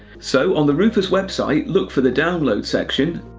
so on the rufus website, look for the download section